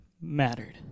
mattered